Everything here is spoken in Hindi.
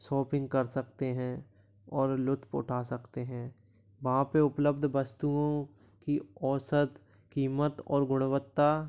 सॉपिंग कर सकतें हैं और लुत्फ़ उठा सकते हैं वहाँ पर उपलब्द वस्तुओं की औसत कीमत और गुणवत्ता